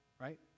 Right